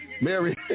Mary